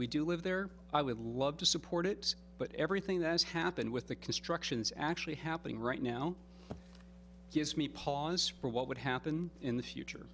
we do live there i would love to support it but everything that's happened with the constructions actually happening right now gives me pause for what would happen in the future